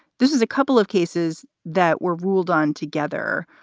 this is a couple of cases that were ruled on together.